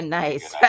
nice